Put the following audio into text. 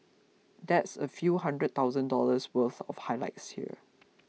that's a few hundred thousand dollars worth of highlights here